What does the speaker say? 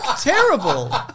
terrible